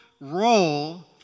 role